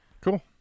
Cool